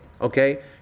okay